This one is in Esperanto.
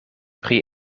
pri